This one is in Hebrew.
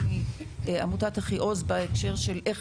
משרד הכלכלה והתעשייה שירי לב רן